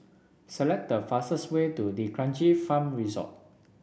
select the fastest way to D'Kranji Farm Resort